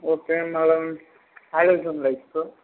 okay అండి అలా all vision lights